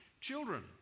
Children